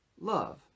love